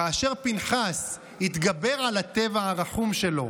כאשר פנחס התגבר על הטבע הרחום שלו,